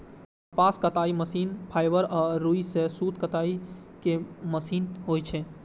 कपास कताइ machine fibre या रुइ सं सूत कताइ के मशीन होइ छै